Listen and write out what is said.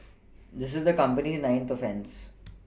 this is the company's ninth offence